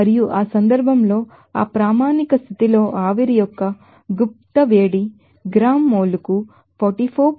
మరియు ఆ సందర్భంలో ఆ స్టాండర్డ్ కండిషన్ లో ఆవిరి యొక్క heat of vaporisation gram mole కు 44